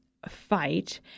Fight